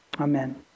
Amen